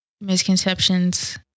misconceptions